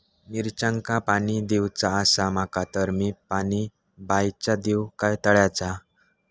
मिरचांका पाणी दिवचा आसा माका तर मी पाणी बायचा दिव काय तळ्याचा?